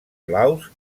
blaus